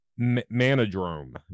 Manodrome